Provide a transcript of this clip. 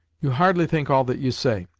you hardly think all that you say.